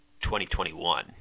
2021